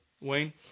Wayne